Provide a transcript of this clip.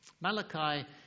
Malachi